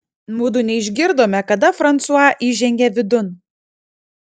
mudu neišgirdome kada fransua įžengė vidun